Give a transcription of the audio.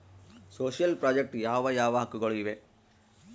Social project ಯಾವ ಯಾವ ಹಕ್ಕುಗಳು ಇವೆ?